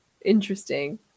interesting